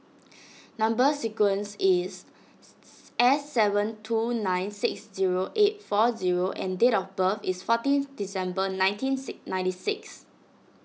Number Sequence is S seven two nine six zero eight four zero and date of birth is fourteenth December nineteen sic ninety six